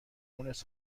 مونس